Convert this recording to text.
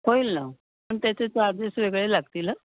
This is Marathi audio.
होईल ना पण त्याचे चार्जेस वेगळे लागतील हां